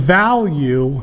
value